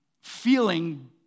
feeling